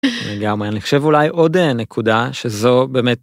גם אני חושב אולי עוד נקודה שזו באמת.